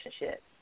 relationship